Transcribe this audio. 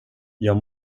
jag